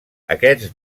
aquests